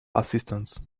assistants